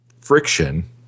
friction